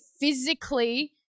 physically